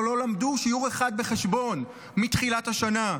לא למדו שיעור אחד בחשבון מתחילת השנה.